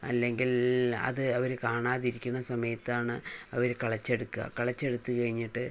അല്ലെങ്കിൽ അത് അവര് കാണാതിരിക്കുന്ന സമയത്താണ് അവർ കിളച്ചെടുക്കുക കിളച്ചെടുത്ത് കഴിഞ്ഞിട്ട്